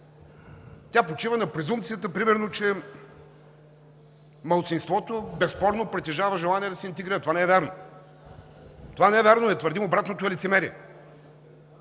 Тя почива на презумпцията примерно, че малцинството безспорно притежава желание да се интегрира. Това не е вярно! Това не е вярно и да твърдим обратното е лицемерие.